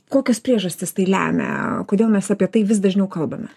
kokios priežastys tai lemia kodėl mes apie tai vis dažniau kalbame